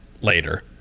later